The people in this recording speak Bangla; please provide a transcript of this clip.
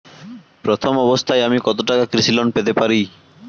প্রথম অবস্থায় আমি কত টাকা কৃষি লোন পেতে পারি?